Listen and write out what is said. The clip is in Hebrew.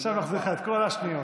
עכשיו נחזיר לך את כל השניות.